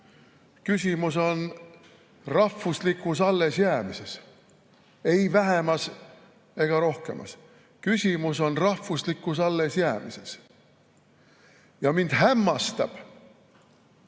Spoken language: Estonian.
Küsimus on rahvuse allesjäämises, ei vähemas ega rohkemas. Küsimus on rahvuse allesjäämises. Mind hämmastab